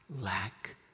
lack